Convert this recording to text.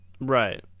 Right